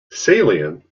salient